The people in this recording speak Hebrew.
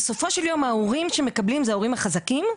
בסופו של יום ההורים שמקבלים הם ההורים החזקים,